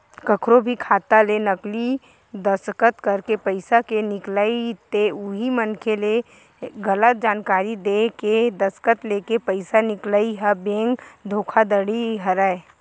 कखरो भी खाता ले नकली दस्कत करके पइसा के निकलई ते उही मनखे ले गलत जानकारी देय के दस्कत लेके पइसा निकलई ह बेंक धोखाघड़ी हरय